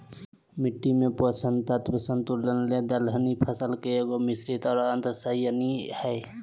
मिट्टी में पोषक तत्व संतुलन ले दलहनी फसल के एगो, मिश्रित और अन्तर्शस्ययन हइ